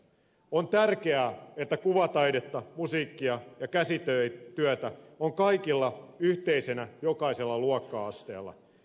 on tärkeää että kuvataidetta musiikkia ja käsityötä on kaikille yhteisenä jokaisella luokka asteella